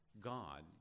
God